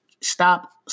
Stop